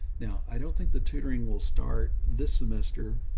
now i don't think the tutoring will start this semester